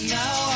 now